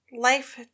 life